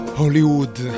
hollywood